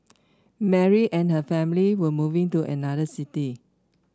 Mary and her family were moving to another city